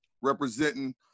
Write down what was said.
representing